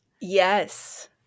Yes